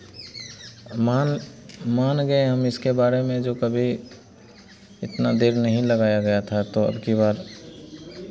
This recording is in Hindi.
मान मान गए हम इसके बारे में जो कभी इतना देर नहीं लगाया गया था तो अबकी बार